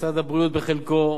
משרד הבריאות בחלקו,